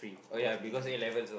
of course man